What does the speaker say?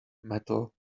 metal